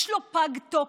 יש לו פג תוקף.